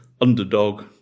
underdog